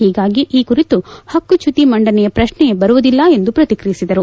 ಹೀಗಾಗಿ ಈ ಕುರಿತು ಹಕ್ಕುಚ್ಚುತಿ ಮಂಡನೆಯ ಪ್ರಶ್ನೆಯೇ ಬರುವುದಿಲ್ಲ ಎಂದು ಪ್ರತಿಕ್ರಿಯಿಸಿದರು